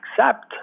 accept